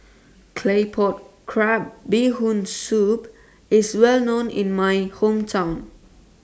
Claypot Crab Bee Hoon Soup IS Well known in My Hometown